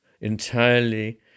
entirely